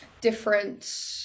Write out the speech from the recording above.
different